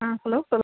ஆ hello சொல்